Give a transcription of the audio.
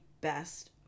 best